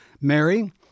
Mary